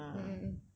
mm mm mm